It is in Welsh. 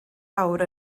awr